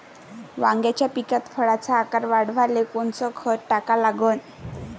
वांग्याच्या पिकात फळाचा आकार वाढवाले कोनचं खत टाका लागन?